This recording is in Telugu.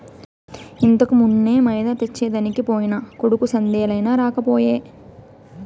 ఇంతకుమున్నే మైదా తెచ్చెదనికి పోయిన కొడుకు సందేలయినా రాకపోయే